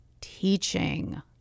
teaching